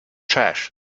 trash